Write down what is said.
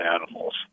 animals